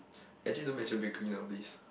actually don't mention bakering nowadays